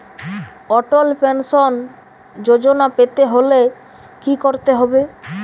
অটল pension Yojana পেতে হলে কি করতে হবে?